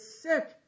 sick